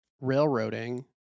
railroading